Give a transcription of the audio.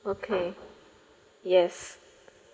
okay yes